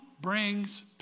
brings